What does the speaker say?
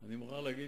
אני מוכרח להגיד,